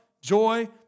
joy